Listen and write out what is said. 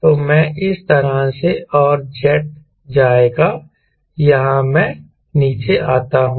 तो मैं इस तरह से और जेट जाएगा यहां मैं नीचे आता हूं